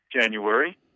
january